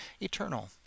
eternal